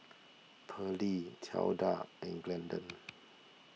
Pearlie Tilda and Glendon